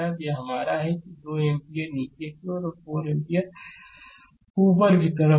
तो यह हमारा है कि 2 एम्पीयर नीचे की ओर है और यह 4 एम्पीयर आर ऊपर की तरफ है